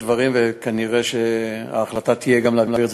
כנראה ההחלטה תהיה להעביר את הנושא